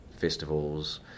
festivals